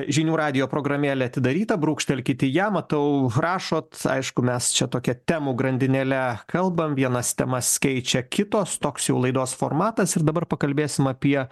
žinių radijo programėlė atidaryta brūkštelkit į ją matau rašot aišku mes čia tokia temų grandinėle kalbam vienas temas keičia kitos toks jau laidos formatas ir dabar pakalbėsim apie